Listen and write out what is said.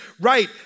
right